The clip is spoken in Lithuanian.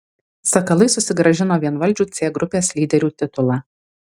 sakalai susigrąžino vienvaldžių c grupės lyderių titulą